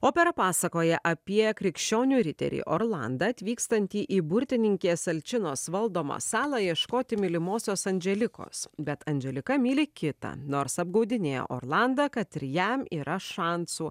opera pasakoja apie krikščionių riterį orlandą atvykstantį į burtininkės alčinos valdomą salą ieškoti mylimosios andželikos bet andželika myli kitą nors apgaudinėja orlandą kad ir jam yra šansų